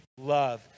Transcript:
love